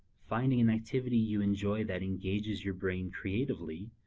finding an activity you enjoy that engages your brain creatively,